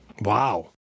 Wow